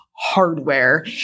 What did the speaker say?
Hardware